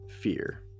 fear